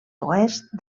oest